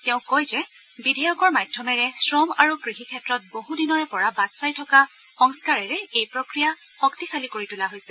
তেওঁ কয় যে বিধেয়কৰ মাধ্যমেৰে শ্ৰম আৰু কৃষি ক্ষেত্ৰত বহু দিনৰে পৰা বাট চাই থকা সংস্কাৰেৰে এই প্ৰক্ৰিয়া শক্তিশালী কৰি তোলা হৈছে